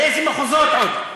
לאיזה מחוזות עוד?